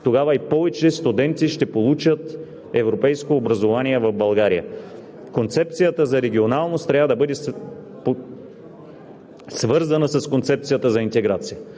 Тогава и повече студенти ще получат европейско образование в България. Концепцията за регионалност трябва да бъде свързана с концепцията за интеграция.